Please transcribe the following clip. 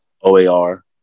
OAR